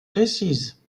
précise